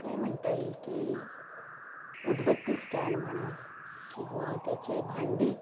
काय म्हणता येईल की उदबत्ती स्टँड म्हणा किंवा त्याचे भांडी